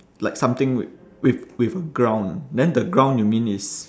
like something with with with ground then the ground you mean is